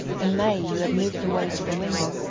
and may, who had moved away to the window,